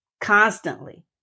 Constantly